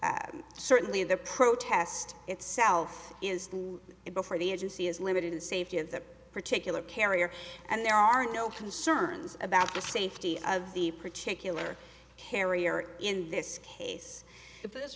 have certainly the protest itself is it before the agency has limited the safety of that particular carrier and there are no concerns about the safety of the particular carrier in this case if this